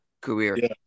career